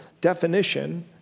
definition